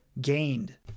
gained